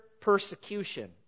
persecution